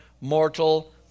mortal